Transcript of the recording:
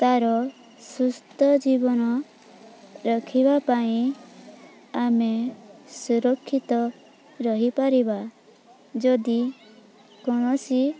ତା'ର ସୁସ୍ଥ ଜୀବନ ରଖିବା ପାଇଁ ଆମେ ସୁରକ୍ଷିତ ରହିପାରିବା ଯଦି କୌଣସି